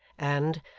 and,